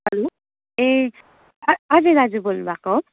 hello ए अ अजय दाजु बोल्नुभएको हो